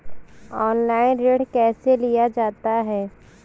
Online ऋण कैसे लिया जाता है?